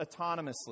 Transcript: autonomously